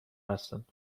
هستند